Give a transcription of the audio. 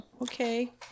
okay